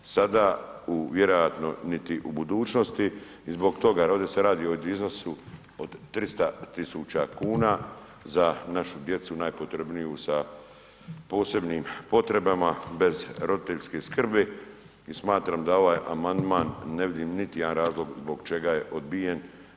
Sada u, vjerojatno niti u budućnosti i zbog toga jer ovdje se radi o iznosu od 300.000 kuna za našu djecu najpotrebniju sa posebnim potrebama, bez roditeljske skrbi i smatram da ovaj amandman ne vidim niti jedan razlog zbog čega je odbijen.